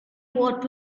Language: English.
what